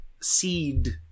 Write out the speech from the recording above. seed